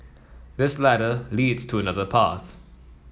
this ladder leads to another path